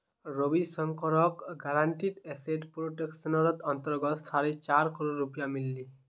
रविशंकरक guaranteed asset प्रोटेक्शनेर अंतर्गत साढ़े चार करोड़ रुपया मिल ले